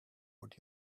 what